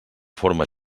forma